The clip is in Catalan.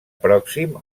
pròxim